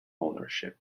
ownership